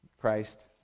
Christ